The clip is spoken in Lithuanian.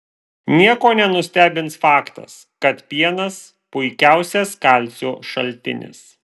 nieko nenustebins faktas kad pienas puikiausias kalcio šaltinis